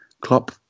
Klopp